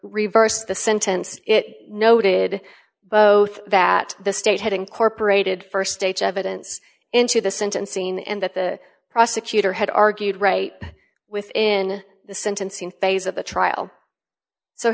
reversed the sentence it noted that the state had incorporated st state's evidence into the sentencing and that the prosecutor had argued right within the sentencing phase of the trial so